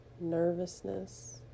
nervousness